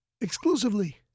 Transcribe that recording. Exclusively